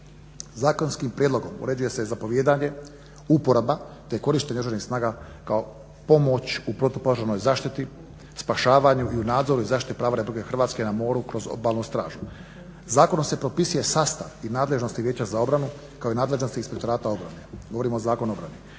Zakonskim prijedlogom uređuje se zapovijedanje, uporaba te korištenje Oružanih snaga kao pomoć u protupožarnoj zaštiti, spašavanju i u nadzoru i zaštiti prava Republike Hrvatske na moru kroz Obalnu stražu. Zakonom se propisuje sastav i nadležnosti Vijeća za obranu, kao i nadležnosti Inspektorata obrane, govorim o Zakonu o obrani.